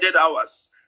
hours